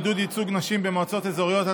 עידוד ייצוג נשים במועצות אזוריות),